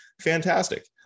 Fantastic